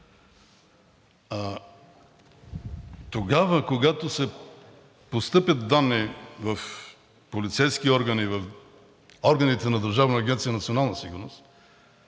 Тогава, когато постъпят данни в полицейски органи, в органите на Държавна агенция „Национална сигурност“,